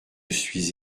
suis